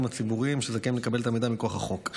הציבוריים שזכאים לקבל את המידע מכוח החוק.